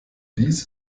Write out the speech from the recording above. dies